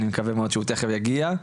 אני מקווה מאוד שהוא תיכף יגיע.